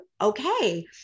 okay